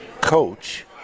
coach